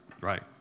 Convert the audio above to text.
Right